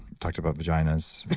talked about vaginas,